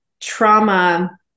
trauma